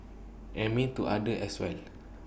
and mean to others as well